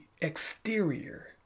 exterior